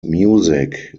music